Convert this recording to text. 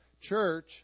church